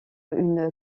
une